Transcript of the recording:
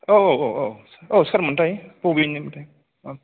औ औ औ औ सोरमोनथाय बबेनि मोनथाय औ